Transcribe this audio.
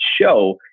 show